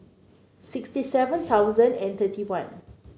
sixty seven thousand and thirty one